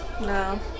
No